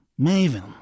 Maven